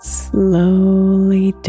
slowly